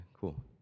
cool